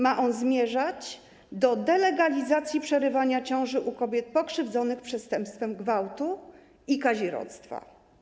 Ma on zmierzać do delegalizacji przerywania ciąży u kobiet pokrzywdzonych przestępstwem gwałtu i kazirodztwa.